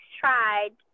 tried